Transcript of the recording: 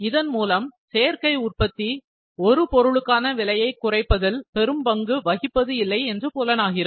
இதன் மூலம் சேர்க்கை உற்பத்தி ஒரு பொருளுக்கான விலையை குறைப்பதில் பெரும் பங்கு வகிப்பது இல்லை என்பது புலனாகிறது